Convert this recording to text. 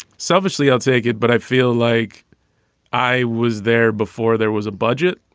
selfishly, i'll take it, but i feel like i was there before there was a budget